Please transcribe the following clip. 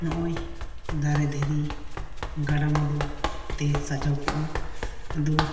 ᱱᱚᱜᱼᱚᱭ ᱫᱟᱨᱮ ᱫᱷᱤᱨᱤ ᱜᱟᱰᱟᱼᱢᱩᱰᱩ ᱛᱮ ᱥᱟᱡᱟᱣ ᱠᱚᱜᱼᱟ ᱟᱫᱚ